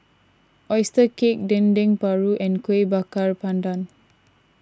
Oyster Cake Dendeng Paru and Kueh Bakar Pandan